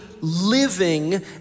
living